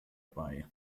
bei